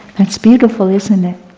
that's beautiful, isn't it?